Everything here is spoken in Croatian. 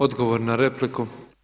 Odgovor na repliku.